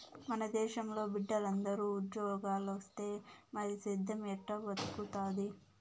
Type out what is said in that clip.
మన దేశంలో బిడ్డలందరూ ఉజ్జోగాలిస్తే మరి సేద్దెం ఎట్టా బతుకుతాది